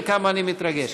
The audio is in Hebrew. וכמה אני מתרגש.